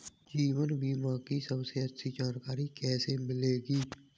जीवन बीमा की सबसे अच्छी जानकारी कैसे मिलेगी?